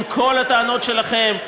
עם כל הטענות שלכם,